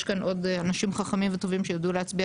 יש כאן עוד אנשים חכמים וטובים שיידעו להצביע